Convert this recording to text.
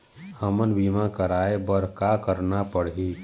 हमन बीमा कराये बर का करना पड़ही?